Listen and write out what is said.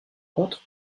contre